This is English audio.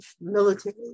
military